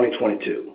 2022